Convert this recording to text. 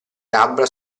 labbra